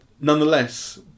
nonetheless